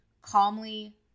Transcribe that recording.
calmly